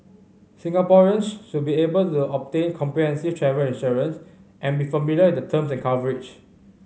Singaporeans should be able to obtain comprehensive travel insurance and be familiar with the terms and coverage